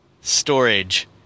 storage